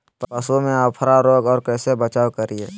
पशुओं में अफारा रोग से कैसे बचाव करिये?